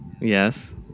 yes